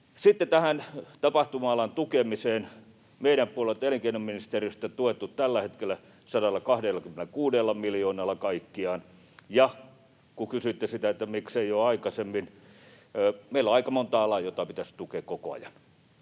Sitten tähän tapahtuma-alan tukemiseen. Meidän puoleltamme elinkeinoministeriöstä on tuettu tällä hetkellä 126 miljoonalla kaikkiaan. Ja kun kysyitte sitä, miksei jo aikaisemmin, niin meillä on aika monta alaa, joita pitäisi tukea koko ajan,